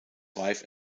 wife